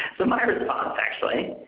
so my response actually,